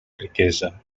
riquesa